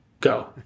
Go